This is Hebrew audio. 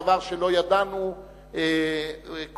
דבר שלא ידענו קודם,